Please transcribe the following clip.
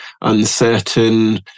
uncertain